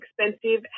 expensive